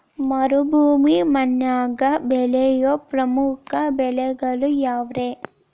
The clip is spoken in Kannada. ಮರುಭೂಮಿ ಮಣ್ಣಾಗ ಬೆಳೆಯೋ ಪ್ರಮುಖ ಬೆಳೆಗಳು ಯಾವ್ರೇ?